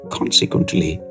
Consequently